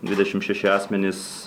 dvidešimt šeši asmenys